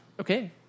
Okay